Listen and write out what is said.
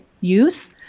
use